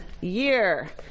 year